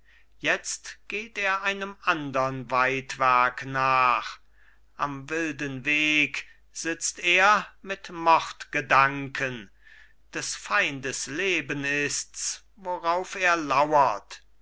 jetzt geht er einem andern weidwerk nach am wilden weg sitzt er mit mordgedanken des feindes leben ist's worauf er lauert